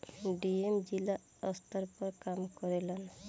DM जिला स्तर पर काम करेलन